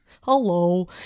Hello